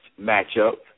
matchup